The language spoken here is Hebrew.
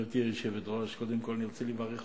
גברתי היושבת-ראש, קודם כול אני רוצה לברך אותך.